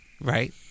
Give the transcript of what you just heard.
Right